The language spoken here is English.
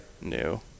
new